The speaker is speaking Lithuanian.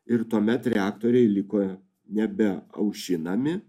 ir tuomet reaktoriai liko nebe aušinami